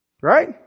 Right